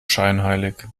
scheinheilig